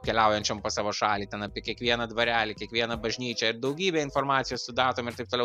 keliaujančiam po savo šalį ten apie kiekvieną dvarelį kiekvieną bažnyčią ir daugybė informacijos su datom ir taip toliau